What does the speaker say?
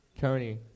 Tony